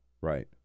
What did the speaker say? Right